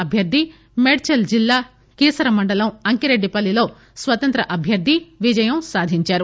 అభ్యర్థి మేడ్చల్ జిల్లా కీసర మండలం అంకిరెడ్డి పల్లిలో స్వతంత్ర అభ్యర్థి విజయం సాధించారు